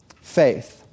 faith